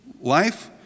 life